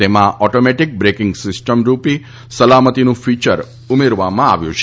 તેમાં automatic braking system રૂપી સલામતીનું ફિચર ઉમેરવામાં આવ્યું છે